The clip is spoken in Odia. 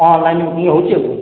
ହଁ ଅନଲାଇନ୍ ବୁକିଙ୍ଗ୍ ହେଉଛି ଆଉ କ'ଣ